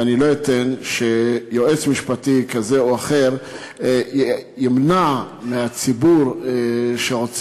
ואני לא אתן שיועץ משפטי כזה או אחר ימנע מהציבור שרוצה